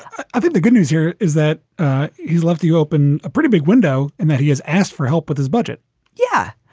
i think the good news here is that he's loved. you open a pretty big window and that he has asked for help with his budget yeah,